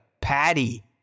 Patty